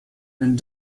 and